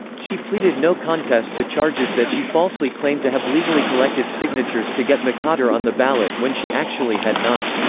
she pleaded no contest to charges that she falsely claimed to have legally collected signatures to get mccotter on the ballot when she actually had not.